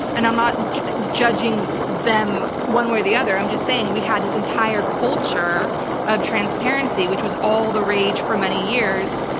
and i'm not judging them one way or the other, i'm just saying we had this entire culture of transparency which was all the rage for many years.